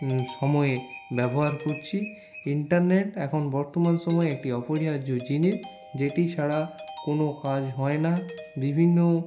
সময়ে ব্যবহার করছি ইন্টারনেট এখন বর্তমান সময়ে একটি অপরিহার্য জিনিস যেটি ছাড়া কোনো কাজ হয় না বিভিন্ন